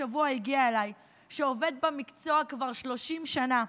השבוע הגיע אליי שעובד במקצוע כבר 30 שנה,